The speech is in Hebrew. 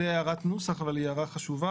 זאת הערת נוסח אבל היא הערה חשובה.